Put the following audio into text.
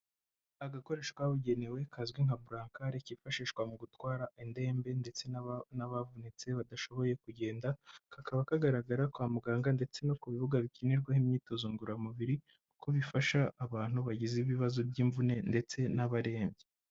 Agakoresho kabugenewe kazwi nka burankare kifashishwa mu gutwara indembe ndetse n'abavunitse badashoboye kugenda, kakaba kagaragara kwa muganga ndetse no ku bibuga bikinirwaho imyitozo ngororamubiri kuko bifasha abantu bagize ibibazo by'imvune ndetse n'abarembye.